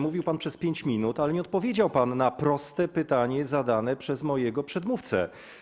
Mówił pan przez 5 minut, ale nie odpowiedział pan na proste pytanie zadane przez mojego przedmówcę.